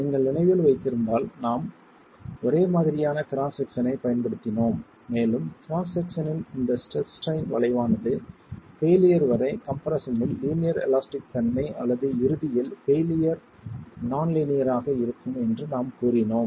நீங்கள் நினைவில் வைத்திருந்தால் நாம் ஒரே மாதிரியான கிராஸ் செக்சனைப் பயன்படுத்தினோம் மேலும் கிராஸ் செக்சனின் இந்த ஸ்ட்ரெஸ் ஸ்ட்ரைன் வளைவானது பெயிலியர் வரை கம்ப்ரெஸ்ஸன்னில் லீனியர் எலாஸ்டிக் தன்மை அல்லது இறுதியில் பெயிலியர் நான் லீனியர் ஆக இருக்கும் என்று நாம் கூறினோம்